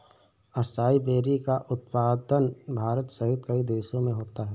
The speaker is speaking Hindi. असाई वेरी का उत्पादन भारत सहित कई देशों में होता है